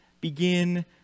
begin